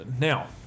Now